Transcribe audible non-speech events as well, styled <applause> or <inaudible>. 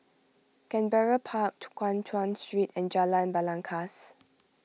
Canberra Park <unintelligible> Guan Chuan Street and Jalan Belangkas